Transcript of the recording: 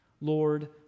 Lord